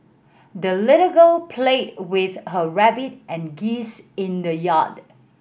the little girl played with her rabbit and geese in the yard